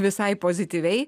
visai pozityviai